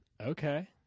Okay